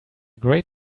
great